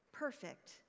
perfect